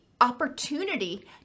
opportunity